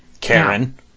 Karen